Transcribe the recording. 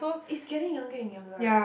it's getting younger and younger right